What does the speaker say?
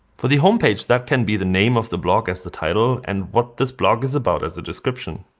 for the home page, that can be the name of the blog as the title and what this blog is about as a description.